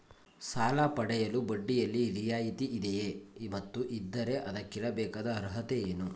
ಸಾಲ ಪಡೆಯಲು ಬಡ್ಡಿಯಲ್ಲಿ ರಿಯಾಯಿತಿ ಇದೆಯೇ ಮತ್ತು ಇದ್ದರೆ ಅದಕ್ಕಿರಬೇಕಾದ ಅರ್ಹತೆ ಏನು?